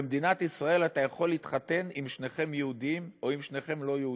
במדינת ישראל אתם יכולים להתחתן אם שניכם יהודים או אם שניכם לא יהודים.